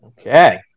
Okay